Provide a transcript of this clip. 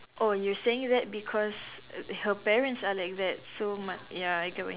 oh you saying that because her parents are like that so ma~ ya I get what you mean